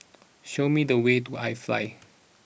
show me the way to iFly